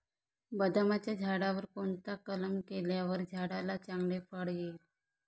बदामाच्या झाडाला कोणता कलम केल्यावर झाडाला चांगले फळ येईल?